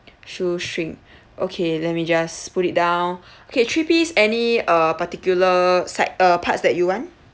shoestring okay let me just put it down okay three piece any uh particular side uh parts that you want